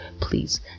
please